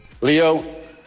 leo